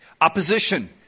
Opposition